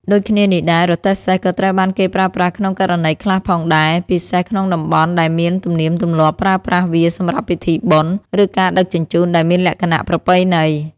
ដូចគ្នានេះដែរ រទេះសេះ ក៏ត្រូវបានគេប្រើប្រាស់ក្នុងករណីខ្លះផងដែរ ពិសេសក្នុងតំបន់ដែលមានទំនៀមទម្លាប់ប្រើប្រាស់វាសម្រាប់ពិធីបុណ្យ ឬការដឹកជញ្ជូនដែលមានលក្ខណៈប្រពៃណី។